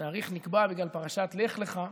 התאריך נקבע בגלל פרשת "לך לך".